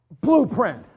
blueprint